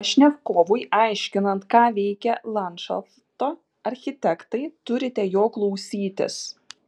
pašnekovui aiškinant ką veikia landšafto architektai turite jo klausytis